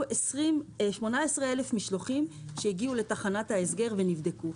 18,000 משלוחים שהגיעו לתחנת ההסגר ונבדקו.